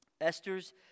Esther's